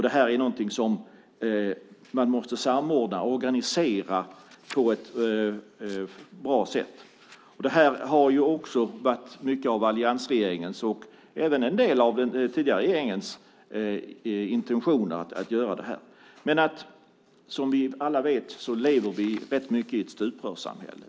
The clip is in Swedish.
Det är något som man måste samordna och organisera på ett bra sätt. Det har varit mycket av alliansregeringens och även en del av den tidigare regeringens intentioner att göra det här. Men som vi alla vet lever vi rätt mycket i ett stuprörssamhälle.